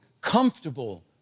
comfortable